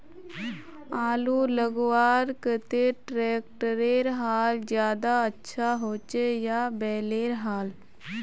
आलूर लगवार केते ट्रैक्टरेर हाल ज्यादा अच्छा होचे या बैलेर हाल?